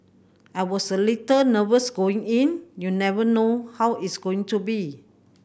I was a little nervous going in you never know how it's going to be